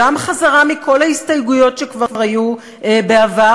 גם חזרה מכל ההסתייגויות שכבר היו בעבר,